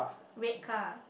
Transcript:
red car